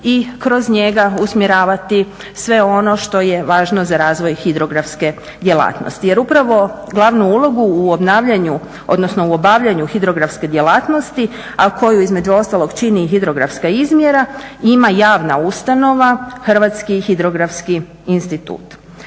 i kroz njega usmjeravati sve ono što je važno za razvoj hidrografske djelatnosti. Jer upravo glavnu ulogu u obnavljanju, odnosno u obavljanju hidrografske djelatnosti a koju između ostalog čini i hidrografska izmjera ima javna ustanova Hrvatski hidrografski institut.